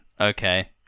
Okay